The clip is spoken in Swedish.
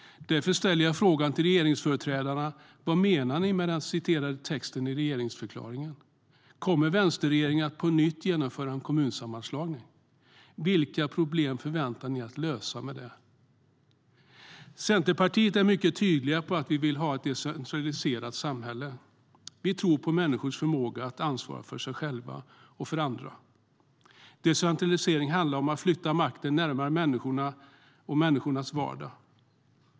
Låt mig därför fråga regeringsföreträdarna: Vad menar ni med den upplästa texten i regeringsförklaringen? Kommer vänsterregeringen att på nytt genomföra en kommunsammanslagning, och vilka problem förväntar ni er att kunna lösa med det? Vi i Centerpartiet är mycket tydliga med att vi vill ha ett decentraliserat samhälle. Vi tror på människans förmåga att ta ansvar för sig själv och för andra. Decentralisering handlar om att flytta makten närmare människornas vardag.